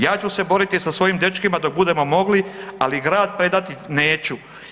Ja ću se boriti sa svojim dečkima dok budemo mogli, ali grad predati neću.